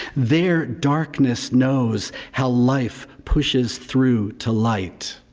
their darkness knows how life pushes through to light.